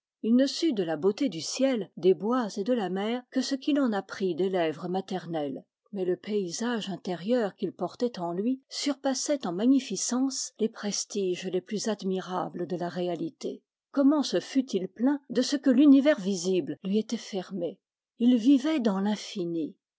ne sut de la beauté du ciel des bois et de la mer que ce qu'il en apprit des lèvres maternelles mais le paysage intérieur qu'il por tait en lui surpassait en magnificence les prestiges les plus admirables de la réalité comment se fût-il plaint de ce que l'univers visible lui était fermé il vivait dans